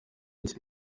cye